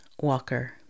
Walker